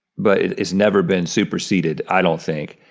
but it's never been superseded, i don't think.